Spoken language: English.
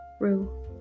Rue